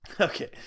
Okay